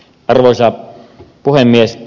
arvoisa puhemies